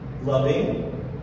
Loving